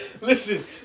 listen